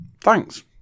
thanks